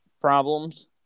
problems